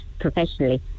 professionally